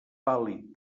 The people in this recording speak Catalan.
vàlid